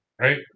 right